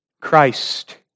Christ